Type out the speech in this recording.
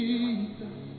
Jesus